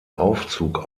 aufzug